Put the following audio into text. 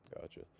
Gotcha